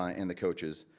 ah and the coaches.